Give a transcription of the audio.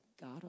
God